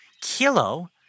kilo